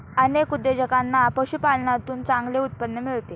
अनेक उद्योजकांना पशुपालनातून चांगले उत्पन्न मिळते